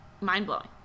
mind-blowing